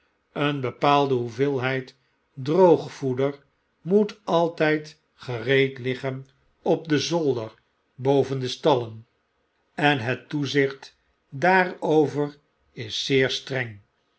een bepaalde hoeveelheid droog voeder moet alttjd gereed liggen op den zolder boven de stallen en het toezicht daarover is zeer streng